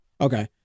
Okay